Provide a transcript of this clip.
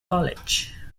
college